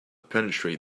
penetrate